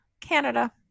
Canada